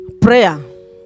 Prayer